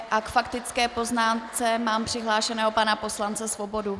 K faktické poznámce mám přihlášeného pana poslance Svobodu.